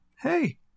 hey